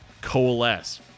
Coalesce